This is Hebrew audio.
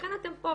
ולכן אתם פה,